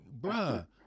bruh